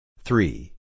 Three